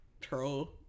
troll